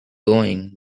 going